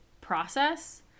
process